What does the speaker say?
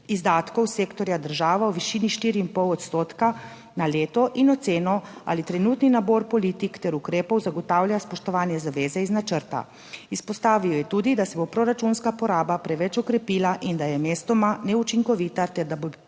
izdatkov sektorja država v višini štiri in pol odstotka na leto in oceno, ali trenutni nabor politik ter ukrepov zagotavlja spoštovanje zaveze iz načrta. Izpostavil je tudi, da se bo proračunska poraba preveč okrepila in da je mestoma neučinkovita ter da bo